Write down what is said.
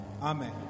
Amen